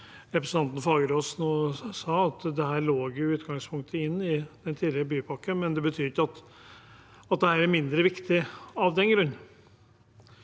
representanten Fagerås nå sa, lå dette i utgangspunktet inne i den tidligere bypakken. Det betyr ikke at dette er mindre viktig av den grunn.